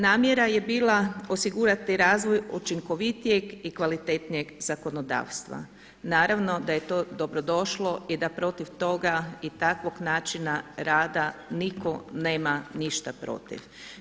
Namjera je bila osigurati razvoj učinkovitijeg i kvalitetnijeg zakonodavstva, naravno da je to dobrodošlo i da protiv toga i takvog načina rada niko nema ništa protiv.